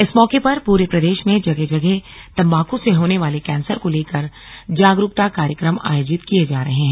इस मौके पर पूरे प्रदेश में जगह जगह तंबाक से होने वाले कैंसर को लेकर जागरूकता कार्यक्रम आयोजित किये जा रहे हैं